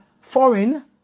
foreign